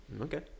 Okay